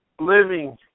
living